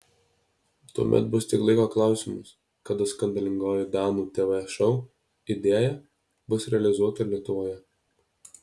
tuomet bus tik laiko klausimas kada skandalingoji danų tv šou idėja bus realizuota ir lietuvoje